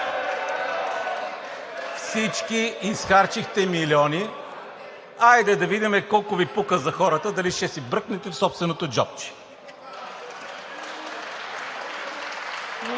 Всички изхарчихте милиони! Хайде да видим колко Ви пука за хората и дали ще си бръкнете в собственото джобче?!